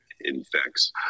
infects